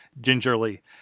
gingerly